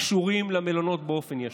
קשורים למלונות באופן ישיר,